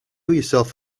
yourself